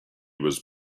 was